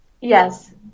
yes